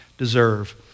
deserve